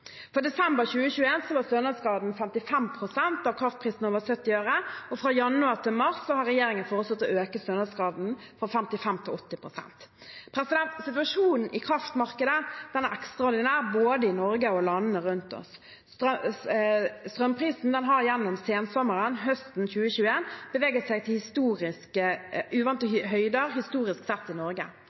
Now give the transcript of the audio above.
For desember 2021 var stønadsgraden 55 pst. av kraftprisen over 70 øre. Fra januar til mars har regjeringen foreslått å øke stønadsgraden fra 55 pst. til 80 pst. Situasjonen i kraftmarkedet er ekstraordinær, både i Norge og i landene rundt oss. Strømprisen har gjennom sensommeren og høsten 2021 beveget seg til uvante høyder historisk sett i Norge.